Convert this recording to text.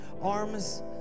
arms